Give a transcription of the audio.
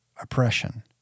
oppression